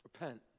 Repent